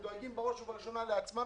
הם דואגים בראש ובראשונה לעצמם,